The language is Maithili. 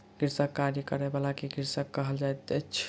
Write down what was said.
कृषिक कार्य करय बला के कृषक कहल जाइत अछि